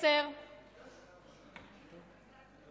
למה כולם כועסים על